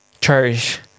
cherish